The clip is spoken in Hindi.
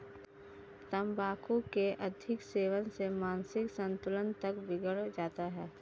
तंबाकू के अधिक सेवन से मानसिक संतुलन तक बिगड़ जाता है